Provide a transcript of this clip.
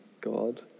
God